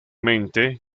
mente